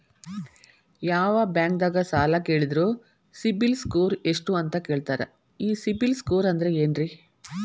ಯಾವ ಬ್ಯಾಂಕ್ ದಾಗ ಸಾಲ ಕೇಳಿದರು ಸಿಬಿಲ್ ಸ್ಕೋರ್ ಎಷ್ಟು ಅಂತ ಕೇಳತಾರ, ಈ ಸಿಬಿಲ್ ಸ್ಕೋರ್ ಅಂದ್ರೆ ಏನ್ರಿ?